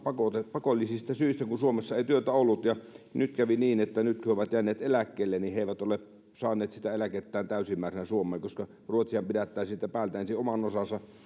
pakollisista syistä kun suomessa ei työtä ollut ja nyt kävi niin että nyt kun he ovat jääneet eläkkeelle niin he eivät ole saaneet sitä eläkettään täysimääräisenä suomeen koska ruotsihan pidättää siitä päältä ensin oman osansa ja